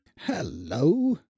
Hello